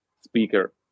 speaker